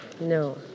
No